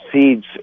seeds